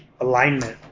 alignment